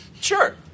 Sure